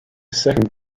second